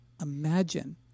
Imagine